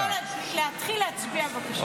להתחיל להצביע, בבקשה.